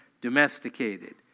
domesticated